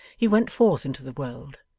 he went forth into the world,